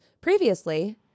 Previously